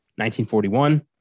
1941